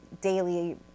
daily